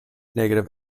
negative